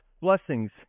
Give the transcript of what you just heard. blessings